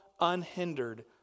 unhindered